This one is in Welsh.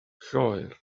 lloer